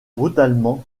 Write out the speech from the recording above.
brutalement